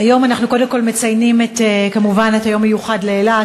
היום אנחנו קודם כול מציינים כמובן את היום המיוחד לאילת,